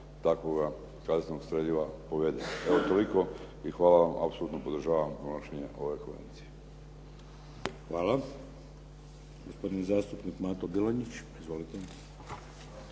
takvoga kazetnog streljiva povede. Evo toliko i hvala vam. Apsolutno podržavam donošenje ove konvencije. **Šeks, Vladimir (HDZ)** Hvala. Gospodin zastupnik Mato Bilonjić. Izvolite.